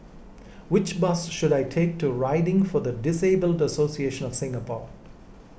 which bus should I take to riding for the Disabled Association of Singapore